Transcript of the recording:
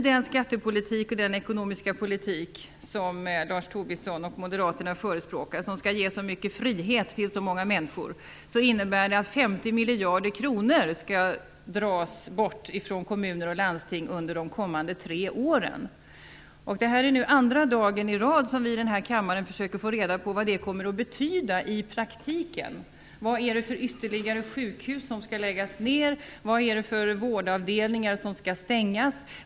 Den skattepolitik och den ekonomiska politik som Lars Tobisson och moderaterna förespråkar och som skall ge så mycket frihet till så många människor innebär att 50 miljarder kronor skall dras bort från kommuner och landsting under de kommande tre åren. Vi försöker nu i kammaren för andra dagen i rad få reda på vad det kommer att betyda i praktiken. Vilka ytterligare sjukhus skall läggas ned? Vilka vårdavdelningar skall stängas?